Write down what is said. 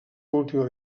última